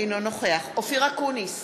אינו נוכח אופיר אקוניס,